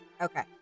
okay